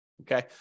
Okay